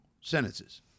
sentences